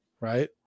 Right